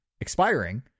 expiring